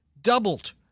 doubled